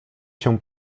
się